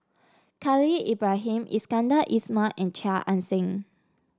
Khalil Ibrahim Iskandar Ismail and Chia Ann Siang